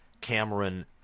Cameron